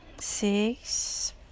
Six